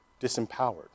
disempowered